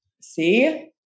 See